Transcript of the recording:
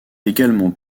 également